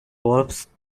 wolves